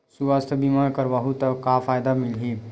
सुवास्थ बीमा करवाहू त का फ़ायदा मिलही?